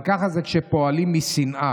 אבל ככה זה כשפועלים משנאה.